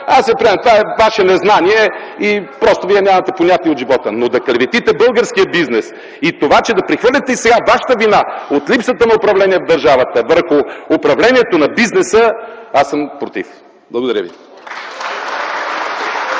аз го приемам, това е Ваше незнание и просто Вие нямате понятие от живота. Но да клеветите българския бизнес и това да прехвърляте сега вашата вина от липсата на управление в държавата върху управлението на бизнеса, аз съм против. Благодаря ви.